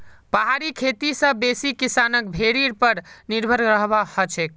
पहाड़ी खेती स बेसी किसानक भेड़ीर पर निर्भर रहबा हछेक